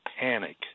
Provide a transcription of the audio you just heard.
panic